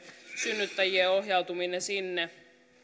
synnyttäjien ohjautuminen sinne koskisi myös näitä oululaisia